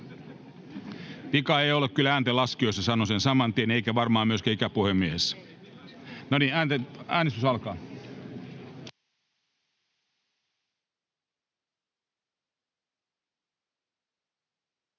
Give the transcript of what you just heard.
Vika ei ollut kyllä ääntenlaskijoissa, sanon sen saman tien, eikä varmaan myöskään ikäpuhemiehessä. No niin, äänestys alkaa.